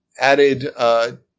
added